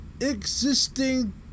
existing